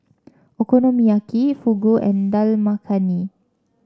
Okonomiyaki Fugu and Dal Makhani